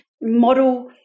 model